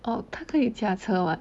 oh 他可以驾车 [what]